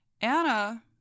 Anna